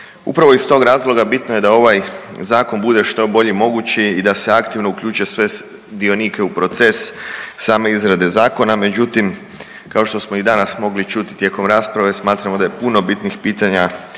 Upravo iz tog razloga bitno je da ovaj zakon bude što bolji mogući i da se aktivno uključi sve dionike u proces same izrade zakona međutim kao što smo i danas mogli čuti tijekom rasprave smatramo da je puno bitnih pitanja